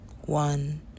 One